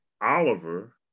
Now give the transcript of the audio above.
Oliver